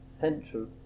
central